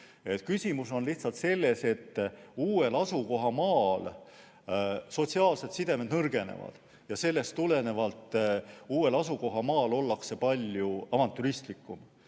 Küsimus on lihtsalt selles, et uuel asukohamaal sotsiaalsed sidemed nõrgenevad ja sellest tulenevalt ollakse uuel asukohamaal palju avantüristlikumad.